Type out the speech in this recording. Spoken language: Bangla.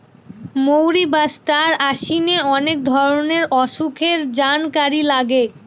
মৌরি বা ষ্টার অনিশে অনেক ধরনের অসুখের জানকারি লাগে